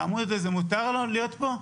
העמוד הזה מותר לו להיות פה?